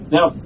Now